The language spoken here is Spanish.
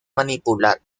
manipular